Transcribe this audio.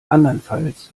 andernfalls